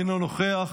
אינו נוכח,